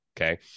Okay